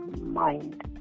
mind